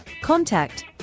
Contact